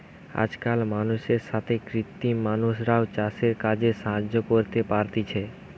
আজকাল মানুষের সাথে কৃত্রিম মানুষরাও চাষের কাজে সাহায্য করতে পারতিছে